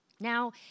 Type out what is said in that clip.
Now